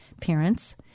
Parents